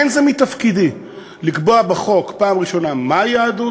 אין זה מתפקידי לקבוע בחוק מהי יהדות,